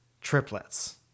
Triplets